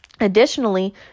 Additionally